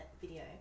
video